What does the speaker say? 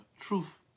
Truth